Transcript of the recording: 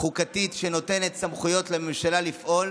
חקיקתית שנותנת סמכויות לממשלה לפעול,